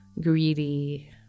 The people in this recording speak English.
Greedy